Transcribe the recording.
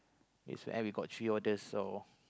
eh we got three orders so